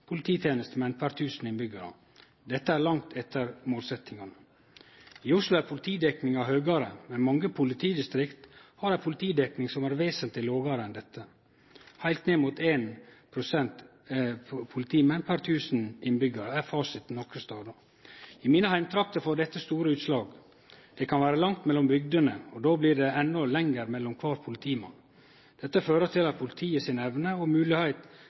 polititenestemenn per 1 000 innbyggjarar. Dette er langt etter målsetjinga. I Oslo er politidekninga høgare, men mange politidistrikt har ei politidekning som er vesentleg lågare enn dette. Heilt ned mot 1 politimann per 1 000 innbyggjarar er fasiten nokre stader. I mine heimtrakter får dette store utslag. Det kan vere langt mellom bygdene, og då blir det endå lenger mellom kvar politimann. Dette fører til at politiet si evne og